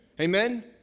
Amen